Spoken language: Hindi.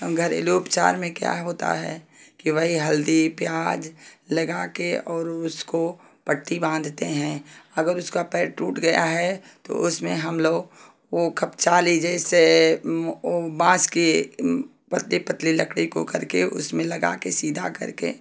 घरेलू उपचार में क्या होता है कि वही हल्दी प्याज लगाकर और उसको पट्टी बांधते हैं अगर उसका पैर टूट गया है तो उसमें हम लोग वो खप्चाली जैसे वो बांस के पतले पतले लकड़ी को करके उसमें लगा के सीधा करके